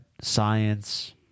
science